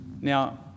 Now